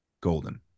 golden